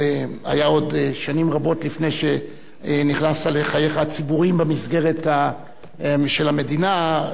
עוד שנים רבות לפני שנכנסת לחייך הציבוריים במסגרת של המדינה,